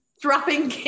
dropping